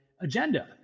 agenda